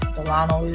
Delano